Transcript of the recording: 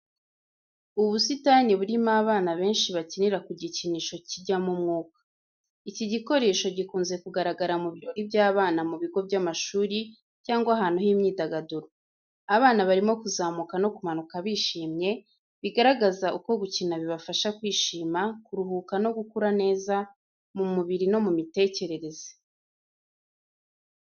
Ubusitani burimo abana benshi bakinira ku gikinisho kijyamo umwuka. Iki gikoresho gikunze kugaragara mu birori by’abana mu bigo by’amashuri cyangwa ahantu h’imyidagaduro. Abana barimo kuzamuka no kumanuka bishimye, bigaragaza uko gukina bibafasha kwishima, kuruhuka no gukura neza mu mubiri no mu mitekerereze.